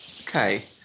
okay